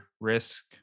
risk